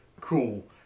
Cool